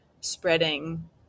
spreading